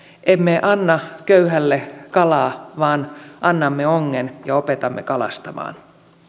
emme anna köyhälle kalaa vaan annamme ongen ja opetamme kalastamaan